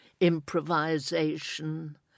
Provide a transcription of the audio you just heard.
improvisation